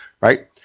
right